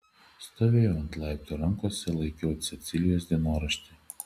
stovėjau ant laiptų rankose laikiau cecilijos dienoraštį